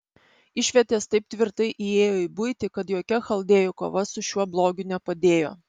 išvietės taip tvirtai įėjo į buitį kad jokia chaldėjų kova su šiuo blogiu nepadėjo